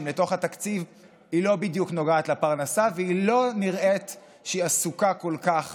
לתוך התקציב לא בדיוק נוגעת לפרנסה ולא נראה שהיא עוסקת כל כך